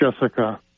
jessica